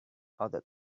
other